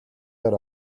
дээр